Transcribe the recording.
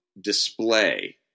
display